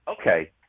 Okay